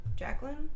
Jacqueline